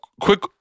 Quick